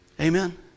Amen